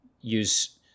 use